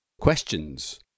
Questions